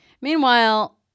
Meanwhile